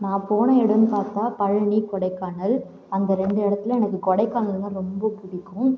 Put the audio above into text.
நான் போன இடம்னு பார்த்தால் பழனி கொடைக்கானல் அந்த ரெண்டு இடத்தில் கொடைக்கானல்னா ரொம்ப பிடிக்கும்